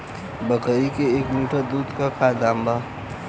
बकरी के एक लीटर दूध के का दाम बा?